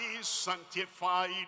sanctified